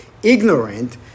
Ignorant